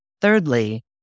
Thirdly